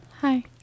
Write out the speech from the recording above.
Hi